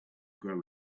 grow